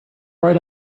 right